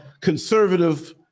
conservative